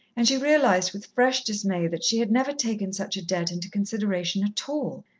and she realized, with fresh dismay, that she had never taken such a debt into consideration at all.